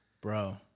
Bro